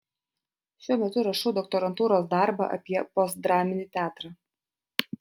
šiuo metu rašau doktorantūros darbą apie postdraminį teatrą